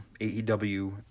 AEW